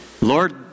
Lord